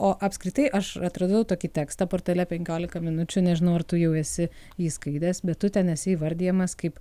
o apskritai aš atradau tokį tekstą portale penkiolika minučių nežinau ar tu jau esi jį skaitęs bet tu ten esi įvardijamas kaip